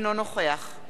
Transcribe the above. יעקב כץ,